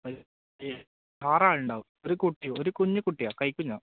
ആറാളുണ്ടാവും ഒരു കുട്ടി ഒരു കുഞ്ഞു കുട്ടിയാണ് കൈക്കുഞ്ഞാണ്